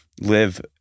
live